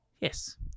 Yes